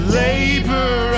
labor